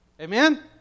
Amen